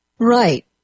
Right